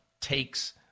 takes